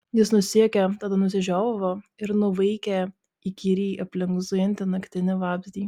jis nusijuokė tada nusižiovavo ir nuvaikė įkyriai aplink zujantį naktinį vabzdį